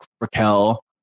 Raquel